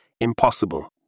Impossible